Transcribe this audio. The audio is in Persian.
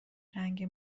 رنگ